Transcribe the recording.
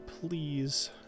please